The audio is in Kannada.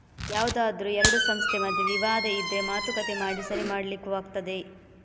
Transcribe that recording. ಯಾವ್ದಾದ್ರೂ ಎರಡು ಸಂಸ್ಥೆ ಮಧ್ಯೆ ವಿವಾದ ಇದ್ರೆ ಮಾತುಕತೆ ಮಾಡಿ ಸರಿ ಮಾಡ್ಲಿಕ್ಕೂ ಆಗ್ತದೆ